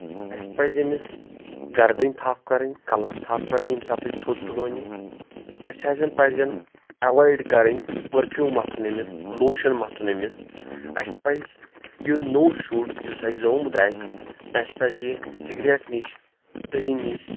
اَسہِ پزِ أمِس گردٕنۍ تھپھ کرٕنۍ کلس تھپھ کَرٕنۍ ییٚمہِ ساتہٕ أسۍ تھوٚد تُلان یہِ اسہِ آسن پزن ایوایڈ کرٕنۍ پٔرفیوٗم مَتھُن أمِس لوشن متھُن أمِس اسہِ پزِ یہِ نوٚو شُر یُس اَسہِ زامُت آسہِ اسہِ پزِ یہِ سِکریٹ نِش دٔہۍ نِش